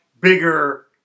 bigger